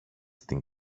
στην